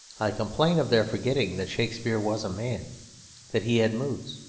i complain of their forgetting that shakespeare was a man that he had moods,